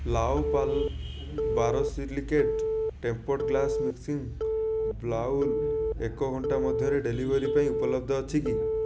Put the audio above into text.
La Opala borosilicate tempered glass mixing bowl ଏକ ଘଣ୍ଟାମଧ୍ୟରେ delivery ପାଇଁ ଉପଲବ୍ଧ ଅଛି କି